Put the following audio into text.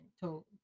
told